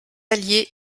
alliés